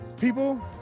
People